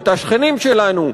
את השכנים שלנו,